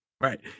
Right